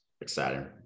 exciting